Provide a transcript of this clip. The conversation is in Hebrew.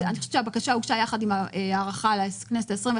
הבקשה הוגשה ביחד עם ההארכה לכנסת ה-21,